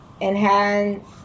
enhance